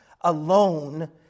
alone